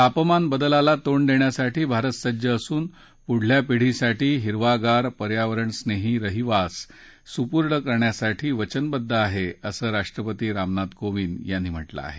तापमान बदलाला तोंड देण्यासाठी भारत सज्ज असून पुढल्या पिढीसाठी हिरवागार पर्यावरणस्नेही रहिवास सुपूर्द करण्यासाठी वचनबद्ध आहे असं राष्ट्रपती रामनाथ कोविंद यांनी म्हटलं आहे